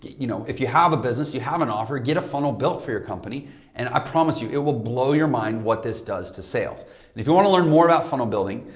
you know, if you have a business, you have an offer, get a funnel built for your company and i promise you it will blow your mind what this does to sales and if you want to learn more about funnel building,